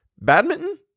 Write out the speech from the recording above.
Badminton